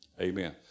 Amen